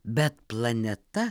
bet planeta